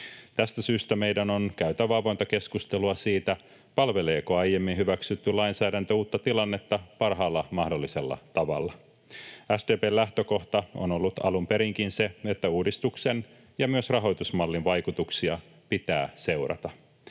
Tästä syystä meidän on käytävä avointa keskustelua siitä, palveleeko aiemmin hyväksytty lainsäädäntö uutta tilannetta parhaalla mahdollisella tavalla. SDP:n lähtökohta on ollut alun perinkin se, että uudistuksen ja myös rahoitusmallin vaikutuksia pitää seurata.